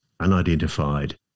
unidentified